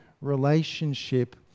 relationship